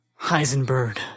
Heisenberg